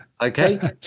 okay